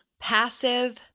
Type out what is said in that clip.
passive